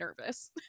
nervous